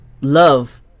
love